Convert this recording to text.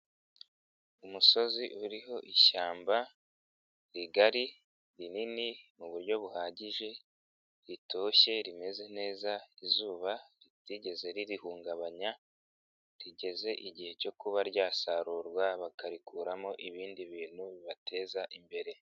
Umusozi uriho ishyamba rigari rinini mu buryo buhagije ritoshye rimeze neza izuba ritigeze ririhungabanya rigeze igihe cyo kuba ryasarurwa bakarikuramo ibindi bintu bibateza imbere.